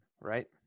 right